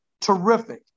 terrific